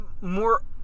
more